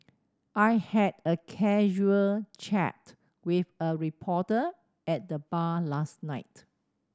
I had a casual chat with a reporter at the bar last night